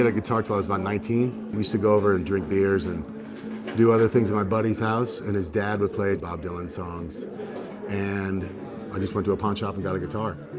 guitar clubs by nineteen? we used to go over and drink beers and do other things at our buddy's house and his dad would play bob dylan songs and i just went to a pawn shop and got a guitar.